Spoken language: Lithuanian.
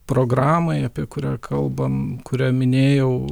programai apie kurią kalbam kurią minėjau